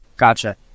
Gotcha